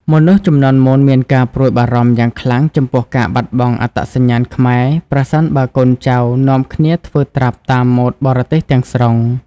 មនុស្សជំនាន់មុនមានការព្រួយបារម្ភយ៉ាងខ្លាំងចំពោះការបាត់បង់អត្តសញ្ញាណខ្មែរ ប្រសិនបើកូនចៅនាំគ្នាធ្វើត្រាប់តាមម៉ូដបរទេសទាំងស្រុង។